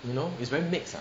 you know it's very mix ah